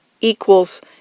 equals